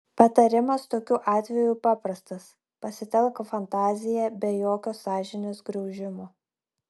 patarimas tokiu atveju paprastas pasitelk fantaziją be jokio sąžinės graužimo